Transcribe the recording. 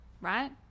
right